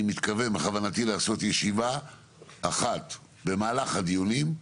בכוונתי לעשות ישיבה אחת במהלך הדיונים,